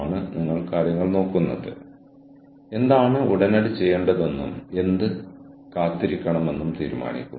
എന്നാൽ നമ്മുടെ സാഹചര്യം നോക്കിയാണ് നമ്മൾ ഇത് തീരുമാനിക്കുന്നത്